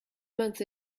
month